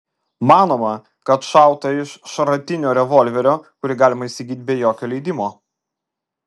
manoma kad šauta iš šratinio revolverio kurį galima įsigyti be jokio leidimo